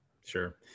Sure